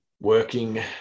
working